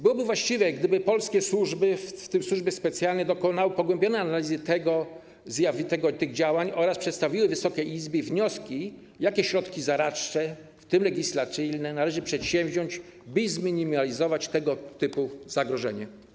Byłoby właściwe, gdyby polskie służby, w tym służby specjalne, dokonały pogłębionej analizy tych działań oraz przedstawiły Wysokiej Izbie wnioski dotyczące tego, jakie środki zaradcze, w tym legislacyjne, należy przedsięwziąć, by zminimalizować tego typu zagrożenie.